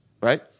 right